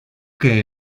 que